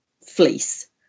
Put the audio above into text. fleece